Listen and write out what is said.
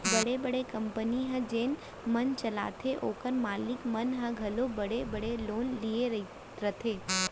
बड़े बड़े कंपनी ल जेन मन चलाथें ओकर मालिक मन ह घलौ बड़े बड़े लोन लिये रथें